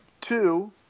Two